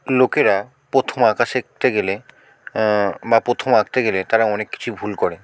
লোকেরা প্রথম আঁকা শিখতে গেলে বা প্রথম আঁকতে গেলে তারা অনেক কিছুই ভুল করে